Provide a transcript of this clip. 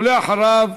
ולאחריו,